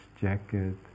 jacket